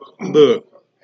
Look